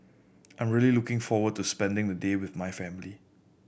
I'm really looking forward to spending the day with my family